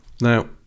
Now